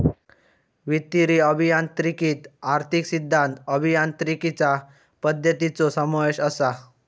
वित्तीय अभियांत्रिकीत आर्थिक सिद्धांत, अभियांत्रिकीचा पद्धतींचो समावेश असा